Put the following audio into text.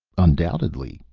undoubtedly,